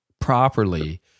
properly